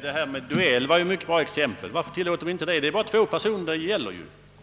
Herr talman! Jag anförde själv exemplet med dueller, som jag tycker är bra! En duell gäller bara två personer. Menar herr Dockered